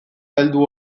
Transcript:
heldu